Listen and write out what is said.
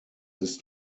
ist